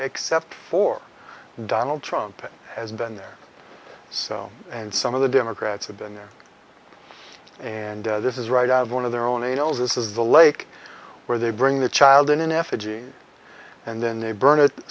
except for donald trump has been there so and some of the democrats have been there and this is right out of one of their own e mails this is the lake where they bring the child in in effigy and then they burn it